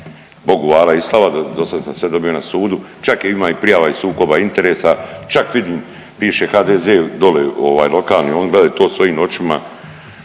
Bogu vala i slava do sad sam sve dobio na sudu, čak ima prijava i sukoba interesa, čak vidim piše HDZ doli lokalni oni gledaju to svojim očima